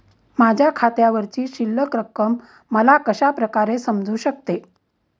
माझ्या खात्यावरची शिल्लक रक्कम मला कशा प्रकारे समजू शकते?